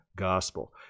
gospel